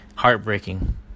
Heartbreaking